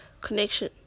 connection